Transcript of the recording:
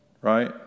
right